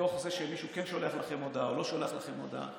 בתוך זה שמישהו כן שולח לכם הודעה או לא שולח לכם הודעה.